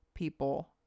people